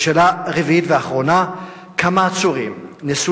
שאלה רביעית ואחרונה: כמה עצורים ניסו